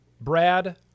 Brad